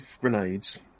grenades